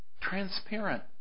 transparent